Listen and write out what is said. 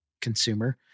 consumer